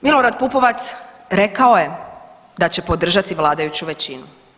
Milorad Pupovac rekao je da će podržati vladajuću većinu.